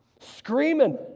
screaming